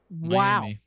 wow